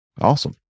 Awesome